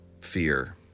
fear